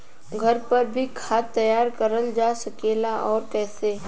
घर पर भी खाद तैयार करल जा सकेला और कैसे?